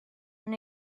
and